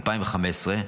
2015,